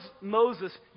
Moses